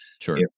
Sure